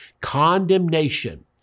Condemnation